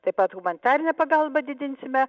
taip pat humanitarinę pagalbą didinsime